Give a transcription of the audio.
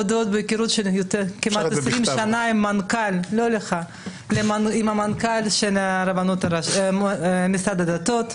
של כמעט 20 שנה עם המנכ"ל של משרד הדתות.